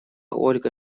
ольга